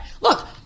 look